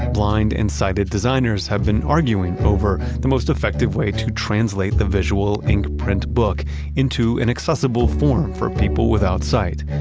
blind and sighted designers have been arguing over the most effective way to translate the visual ink print book into an accessible form for people without sight.